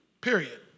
period